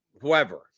whoever